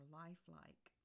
lifelike